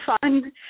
fun